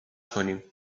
کنیم